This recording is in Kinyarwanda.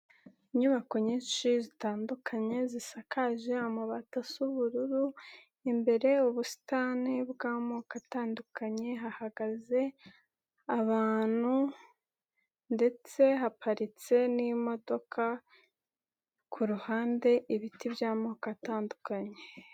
Inyubako nyinshi zitandukanye zisakaje amabati isa ubururu, imbere ubusitani bw'amoko atandukanye, hahagaze abantu ndetse haparitse n'imodoka, ku ruhande ibiti by'amoko atandukanye.